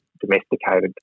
domesticated